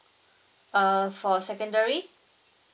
uh for secondary